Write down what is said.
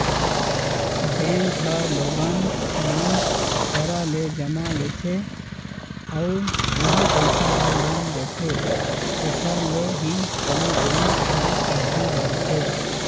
bank ह लोगन मन करा ले जमा लेथे अउ उहीं पइसा ल लोन देथे एखर ले ही कोनो बेंक ह आघू बड़थे